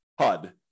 HUD